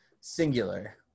Singular